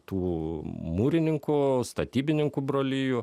tų mūrininkų statybininkų brolijų